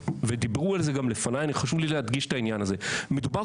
דיברו על זה גם לפניי וחשוב לי להדגיש את העניין הזה מדובר